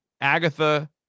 Agatha